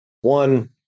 one